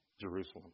Jerusalem